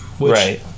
Right